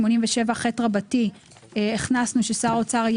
סעיף 87ח. הכנסנו ש"שר האוצר,